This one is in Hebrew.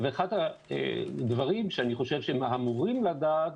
אחד הדברים שאני חושב שהם אמורים לדעת,